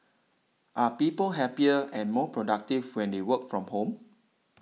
are people happier and more productive when they work from home